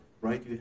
right